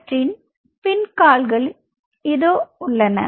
அவற்றின் பின் கால்களின் இதோ உள்ளன